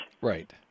right